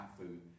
food